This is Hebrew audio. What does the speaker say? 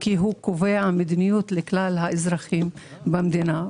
כי הוא קובע מדיניות לכלל האזרחים במדינה.